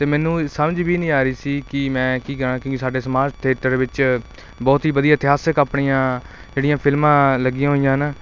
ਅਤੇ ਮੈਨੂੰ ਸਮਝ ਵੀ ਨਹੀਂ ਆ ਰਹੀ ਸੀ ਕਿ ਮੈਂ ਕੀ ਕਹਿਣਾ ਕਿ ਸਾਡੇ ਸਮਾਜ ਥੇਟਰ ਵਿੱਚ ਬਹੁਤ ਹੀ ਵਧੀਆ ਇਤਿਹਾਸਿਕ ਆਪਣੀਆਂ ਜਿਹੜੀਆਂ ਫਿਲਮਾਂ ਲੱਗੀਆਂ ਹੋਈਆਂ ਨਾ